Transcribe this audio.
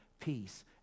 peace